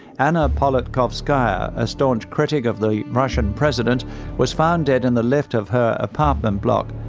anna politkovskaya, a staunch critic of the russian president was found dead in the lift of her apartment block.